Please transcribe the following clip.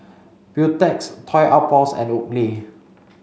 Beautex Toy Outpost and Oakley